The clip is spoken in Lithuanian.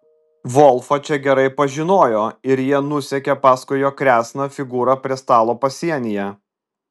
volfą čia gerai pažinojo ir jie nusekė paskui jo kresną figūrą prie stalo pasienyje